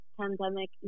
pandemic